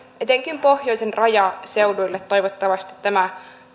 etenkin näille pohjoisen rajaseuduille toivottavasti tämä